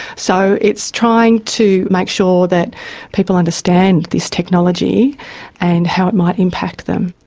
so it's trying to make sure that people understand this technology and how it might impact them.